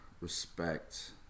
respect